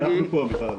אנחנו פה, מיכל.